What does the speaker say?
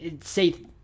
say